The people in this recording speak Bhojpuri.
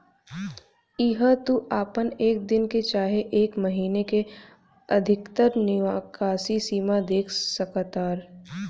इहा तू आपन एक दिन के चाहे एक महीने के अधिकतर निकासी सीमा देख सकतार